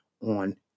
on